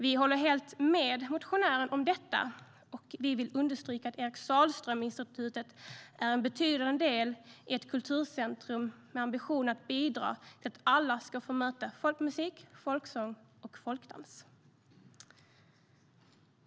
Vi håller helt med motionären om detta, och vi vill understryka att Eric Sahlström Institutet är en betydande del i ett kulturcentrum med ambitionen att bidra till att alla ska få möta folkmusik, folksång och folkdans.